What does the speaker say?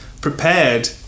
prepared